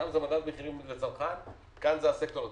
שם זה מדד המחירים לצרכן וכאן זה הסקטור הציבורי.